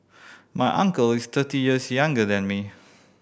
my uncle is thirty years younger than me